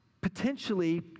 potentially